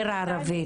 עיר ערבית.